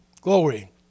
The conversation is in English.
Glory